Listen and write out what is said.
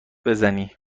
بزنی